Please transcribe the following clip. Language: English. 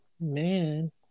Man